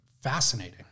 Fascinating